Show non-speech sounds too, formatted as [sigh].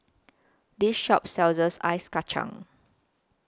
This Shop [unintelligible] Ice Kachang